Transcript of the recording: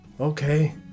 Okay